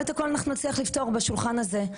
את הכול אנחנו נצליח לפתור בשולחן הזה.